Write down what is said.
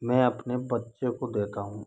मैं अपने बच्चे को देता हूँ